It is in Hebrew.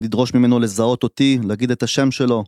לדרוש ממנו לזהות אותי, להגיד את השם שלו.